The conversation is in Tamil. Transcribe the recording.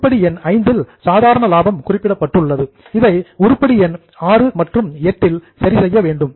உருப்படி எண் V இல் சாதாரண லாபம் குறிப்பிடப்பட்டுள்ளது இதை உருப்படி எண் VI மற்றும் VIII இல் சரி செய்ய வேண்டும்